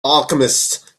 alchemist